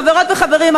חברות וחברים,